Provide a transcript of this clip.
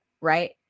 Right